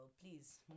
please